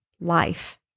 life